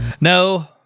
No